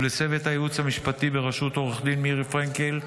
ולצוות הייעוץ המשפטי בראשות עו"ד מירי פרנקל,